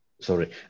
Sorry